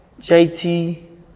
JT